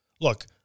Look